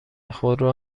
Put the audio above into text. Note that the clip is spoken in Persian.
خودرو